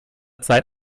zeit